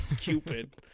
Cupid